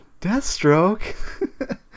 Deathstroke